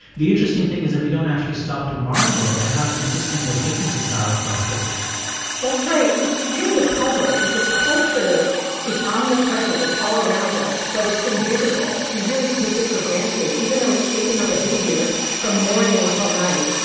the interesting thing is that we don't actually stop to marvel at how consistent those differences are across places that's right. it's really a puzzle because culture is omnipresent. it's all around us. but it's invisible. we really take it for granted, even though it's shaping our behavior from morning until night.